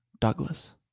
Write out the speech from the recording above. Douglas